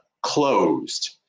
closed